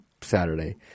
Saturday